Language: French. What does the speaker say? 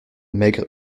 maigre